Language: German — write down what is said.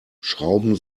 schrauben